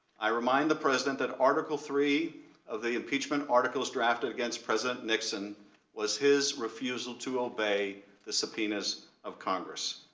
i remind the president that article three of the impeachment articles drafted against president nixon was his refusal to obey the subpoenas of congress.